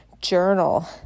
journal